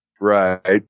Right